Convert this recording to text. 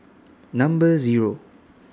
Number Zero